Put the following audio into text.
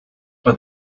but